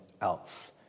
else